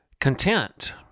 content